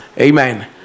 Amen